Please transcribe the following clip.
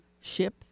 ship